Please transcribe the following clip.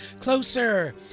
closer